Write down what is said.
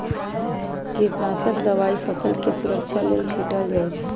कीटनाशक दवाई फसलके सुरक्षा लेल छीटल जाइ छै